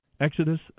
Exodus